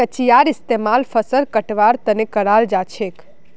कचियार इस्तेमाल फसल कटवार तने कराल जाछेक